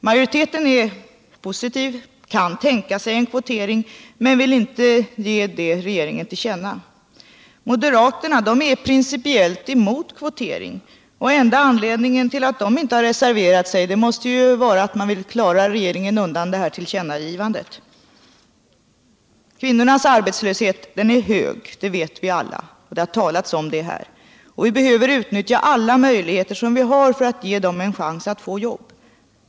Majoriteten är positiv och kan tänka sig en kvotering men vill inte ge regeringen detta till känna. Moderaterna är däremot principiellt emot kvotering, och den enda anledningen till att de inte har reserverat sig måste vara att de vill klara regeringen undan tillkännagivandet. Kvinnornas arbetslöshet är hög — det vet vi alla, och det har också talats om det här — varför vi behöver utnyttja alla möjligheter som vi har för att ge kvinnorna arbete.